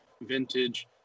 vintage